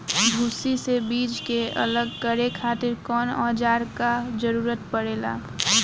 भूसी से बीज के अलग करे खातिर कउना औजार क जरूरत पड़ेला?